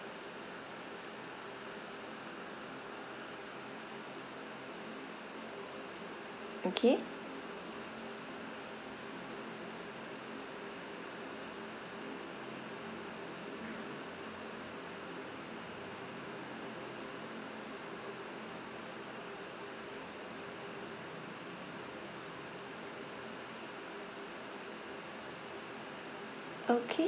okay okay